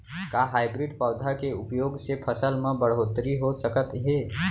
का हाइब्रिड पौधा के उपयोग से फसल म बढ़होत्तरी हो सकत हे?